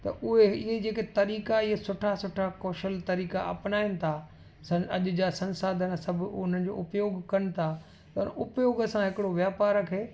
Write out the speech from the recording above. त उहे इहे जेके तरीक़ा इहे सुठा सुठा कौशल तरीक़ा अपनाइनि था सं अॼ जा संसाधन सभ उन्हनि जो उपयोग कनि था उपयोग सां हिकिड़ो वापार खे